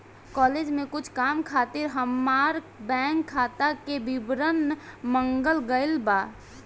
college में कुछ काम खातिर हामार बैंक खाता के विवरण मांगल गइल बा